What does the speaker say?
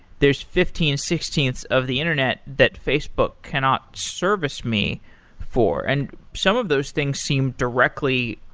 there's fifteenth, sixteenth of the internet that facebook cannot service me for. and some of those things seem directly,